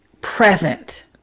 present